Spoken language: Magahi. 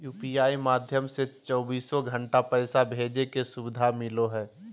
यू.पी.आई माध्यम से चौबीसो घण्टा पैसा भेजे के सुविधा मिलो हय